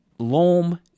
Loam